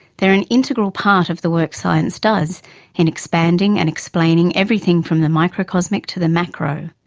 they are an integral part of the work science does in expanding and explaining everything from the microcosmic to the macro.